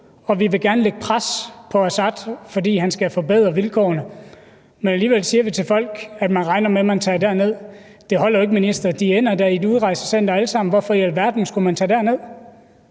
vi vil gerne lægge pres på Assad, fordi han skal forbedre vilkårene, men alligevel siger vi til folk, at vi regner med, at man tager derned. Det holder jo ikke, minister. De ender da i et udrejsecenter alle sammen. Hvorfor i alverden skulle man tage derned?